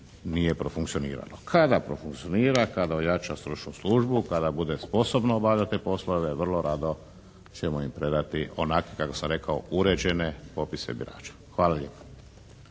nije profunkcioniralo. Kada profunkcionira, kada ojača stručnu službu, kada bude sposobno obavljati te poslove vrlo rado ćemo im predati onakve kako sam rekao uređene popise birača. Hvala lijepa.